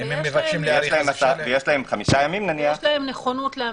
ויש להם נכונות להמשיך?